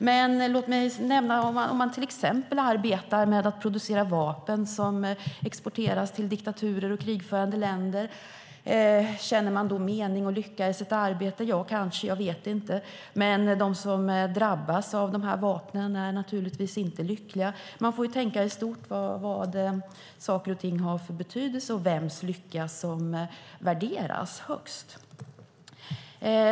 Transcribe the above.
Men om man arbetar med att till exempel producera vapen som exporteras till diktaturer och krigförande länder, känner man då mening och lycka i sitt arbete? Kanske, jag vet inte, men de som drabbas av vapnen är naturligtvis inte lyckliga. Man får tänka i stort på vad saker och ting har för betydelse och vems lycka som värderas högst.